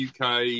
UK